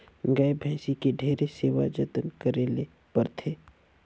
गाय, भइसी के ढेरे सेवा जतन करे ले परथे